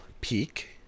peak